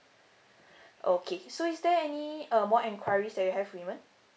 okay so is there any uh more enquiries they you have raymond